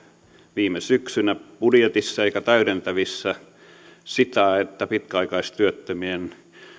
viime syksynä budjetissa eikä täydentävissä osattu arvioida sitä että pitkäaikaistyöttömien